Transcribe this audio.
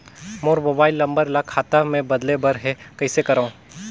मोर mobile number ल खाता मे बदले बर हे कइसे करव?